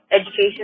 education